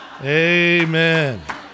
amen